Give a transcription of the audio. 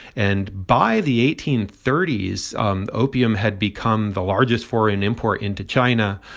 and by the eighteen thirty s, um opium had become the largest foreign import into china,